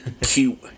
Cute